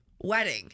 wedding